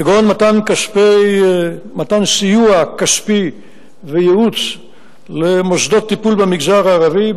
כגון מתן סיוע כספי וייעוץ למוסדות טיפול במגזר הערבי,